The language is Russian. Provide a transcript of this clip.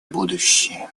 будущее